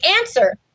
answer